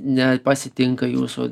nepasitinka jūsų